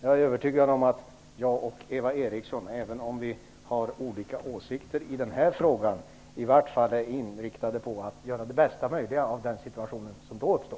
Jag är övertygad om att jag och Eva Eriksson, även om vi har olika åsikter i denna fråga, i vart fall är inriktade på att göra det bästa möjliga i den situation som då uppstår.